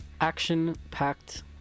Action-packed